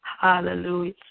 Hallelujah